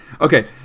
Okay